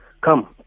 come